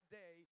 day